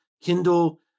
Kindle